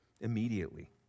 Immediately